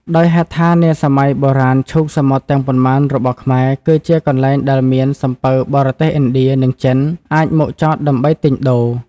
ដោយហេតុថា នាសម័យបុរាណឈូងសមុទ្រទាំងប៉ុន្មានរបស់ខ្មែរ គឺជា កន្លែងដែលមាន សំពៅបរទេសឥណ្ឌា និងចិន អាចមកចតដើម្បីទិញដូរ ។